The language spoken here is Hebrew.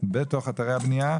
בתוך אתרי הבנייה,